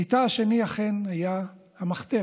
ביתה השני אכן היה המחתרת,